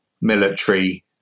military